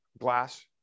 glass